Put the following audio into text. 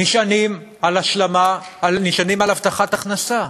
נשענים על השלמה, נשענים על הבטחת הכנסה.